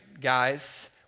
guys